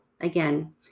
again